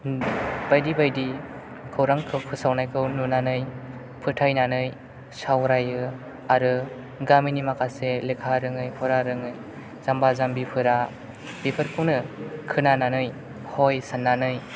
बायदि बायदि खौरांखौ फोसावनायखौ नुनानै फोथायनानै सावरायो आरो गामिनि माखासे लेखा रोङै फरा रोङै जामबा जामबिफोरा बेफोरखौनो खोनानानै हय साननानै